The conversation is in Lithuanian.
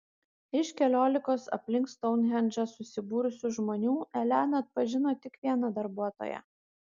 iš keliolikos aplink stounhendžą susibūrusių žmonių elena atpažino tik vieną darbuotoją